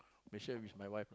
Malaysia with my wife